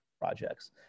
projects